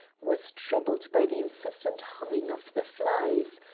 was troubled by the incessant humming of the flies.